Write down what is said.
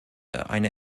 eine